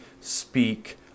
speak